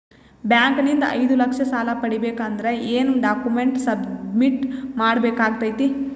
Bank ನಿಂದ ಐದು ಲಕ್ಷ ಸಾಲ ಪಡಿಬೇಕು ಅಂದ್ರ ಏನ ಡಾಕ್ಯುಮೆಂಟ್ ಸಬ್ಮಿಟ್ ಮಾಡ ಬೇಕಾಗತೈತಿ?